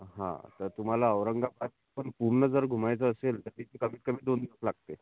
हा तर तुम्हाला औरंगाबाद पण पूर्ण जर घुमायचं असेल तर तिथं कमीत कमी दोन दिवस लागते